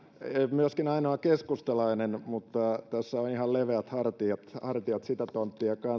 myöskin ainoa keskustalainen mutta tässä on on ihan leveät hartiat hartiat sitä tonttia